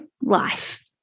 life